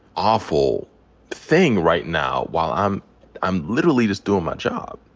awful thing right now while i'm i'm literally just doing my job.